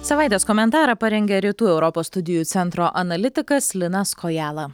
savaitės komentarą parengė rytų europos studijų centro analitikas linas kojala